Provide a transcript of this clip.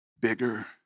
bigger